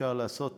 אפשר לעשות